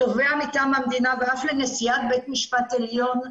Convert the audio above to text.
התובע מטעם המדינה ואף לנישאת בית המשפט העליון,